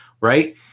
Right